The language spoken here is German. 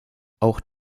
auch